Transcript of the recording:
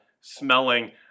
smelling